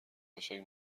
قشنگ